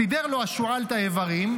סידר לו השועל את האיברים,